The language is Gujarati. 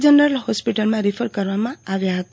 જનરલ ફોસ્પિટલમાં રીફર કરવામાં આવી ફતી